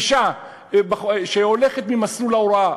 אישה שהולכת ממסלול ההוראה,